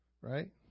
right